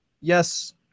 Yes